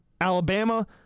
Alabama